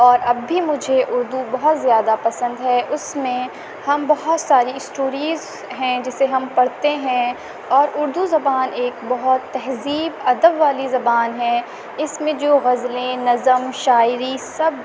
اور اب بھی مجھے اردو بہت زیادہ پسند ہے اس میں ہم بہت ساری اسٹوریز ہیں جسے ہم پڑھتے ہیں اور اردو زبان ایک بہت تہذیب ادب والی زبان ہے اس میں جو غزلیں نظم شاعری سب